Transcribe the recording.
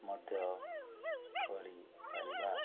ମଧ୍ୟ କରିପାରିବା